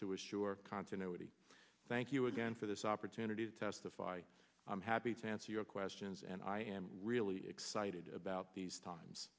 assure continuity thank you again for this opportunity to testify i'm happy to answer your questions and i am really excited about these times